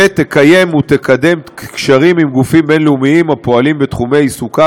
ותקיים ותקדם קשרים עם גופים בין-לאומיים הפועלים בתחומי עיסוקה,